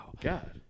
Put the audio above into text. God